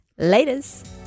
laters